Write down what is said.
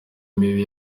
mibi